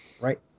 Right